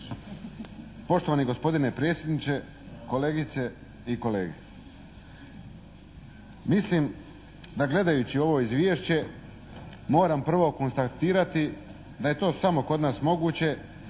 Poštovani gospodine predsjedniče, kolegice i kolege! Mislim da gledajući ovo izvješće moram prvo konstatirati da je to samo kod nas moguće